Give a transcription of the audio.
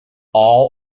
all